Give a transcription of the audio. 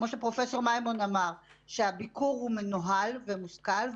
כמו שפרופ' מימון אמר, שהביקור הוא מנוהל ומושכל.